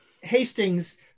Hastings